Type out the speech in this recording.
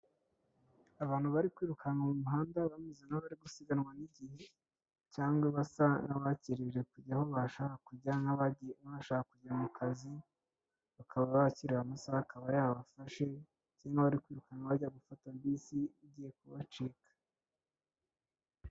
Abantu bari kwirukanka mu muhanda, bameze nk'abari gusiganwa n'igihe cyangwa basa n'abakererewe kujya aho bashakaga kujya, nk'abashaka kujya mu kazi, bakaba bakererewe amasaha akaba yabafashe, basa n'abari kwiruka bajya gufata bisi, igiye kubacika.